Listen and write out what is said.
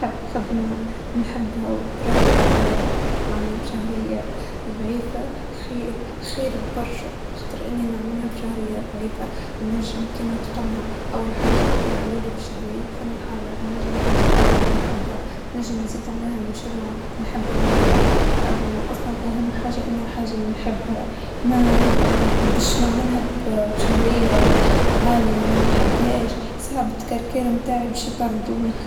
الحياة الها متطلباتها، وخليني أحكي النصيحة الجديمة حب ما تعمل حتى تعمل ما تحب، بعتقد إني لو إن عندي شي دخل ثابت من محل ثاني بختار الوظيفة اللي بحبها، لكن لو إني راح أعتمد بشكل أساسي علي ال-الهاي الوظيفة بختار طبعا ال-الراتب الأعلي.